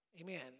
Amen